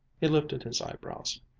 he lifted his eyebrows.